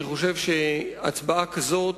אני חושב שהצבעה כזאת